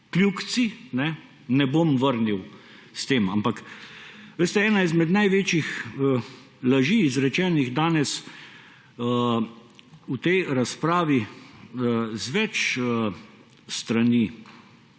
ne bom vrnil s tem, ampak, veste, ena izmed največjih laži, izrečenih danes v tej razpravi, z več strani